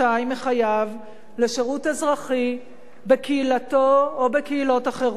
מחייו לשירות אזרחי בקהילתו או בקהילות אחרות.